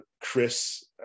Chris